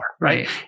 right